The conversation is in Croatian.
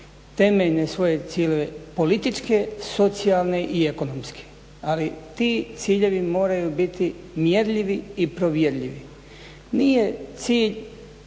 temeljne svoje ciljeve, političke, socijalne i ekonomske. Ali ti ciljevi moraju biti mjerljivi i provjerljivi. Nije cilj